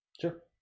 Sure